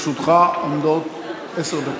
לרשותך עומדות עשר דקות.